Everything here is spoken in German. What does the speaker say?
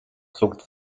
zog